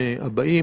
ההמתנה.